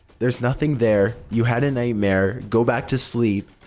there's nothing there. you had a nightmare, go back to sleep.